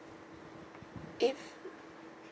if